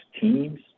teams